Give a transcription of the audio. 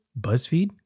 BuzzFeed